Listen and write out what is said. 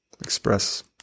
express